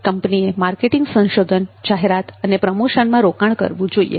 કંપનીએ માર્કેટિંગ સંશોધન જાહેરાત અને પ્રમોશનમાં રોકાણ કરવું જોઈએ